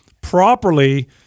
properly